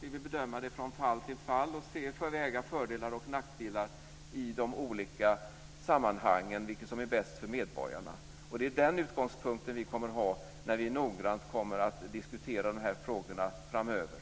Vi vill bedöma från fall till fall, väga fördelar mot nackdelar i de olika sammanhangen och se vad som blir bäst för medborgarna. Det är den utgångspunkten vi kommer att ha när vi noggrant kommer att diskutera de här frågorna framöver.